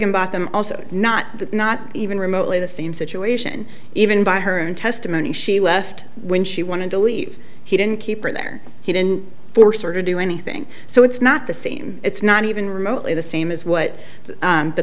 about them also not that not even remotely the same situation even by her own testimony she left when she wanted to leave he didn't keep her there he didn't force her to do anything so it's not the same it's not even remotely the same as what the